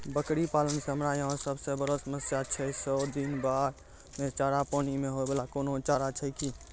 बकरी पालन मे हमरा यहाँ सब से बड़ो समस्या छै सौ दिन बाढ़ मे चारा, पानी मे होय वाला कोनो चारा छै कि?